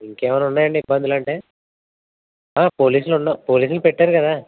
ఇంకేమన్నా ఉన్నాయా అండి ఇబ్బందులు అంటే పోలీసులు ఉన్నాం పోలీసులు పెట్టాను కదా